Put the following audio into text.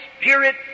Spirit